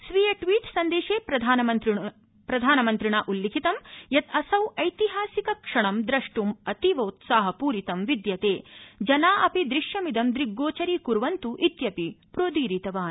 स्वीय ट्वीट् सन्देशे प्रधानमन्त्रिणोल्लिखितं यत् असौ ऐतिहासिक क्षणं द्रष्ट्मतीवोत्साह पूरितं विद्यते जना अपि दृश्यमिदं दृग्गोचरी कुर्वन्तु इत्यपि प्रोदीरितवान्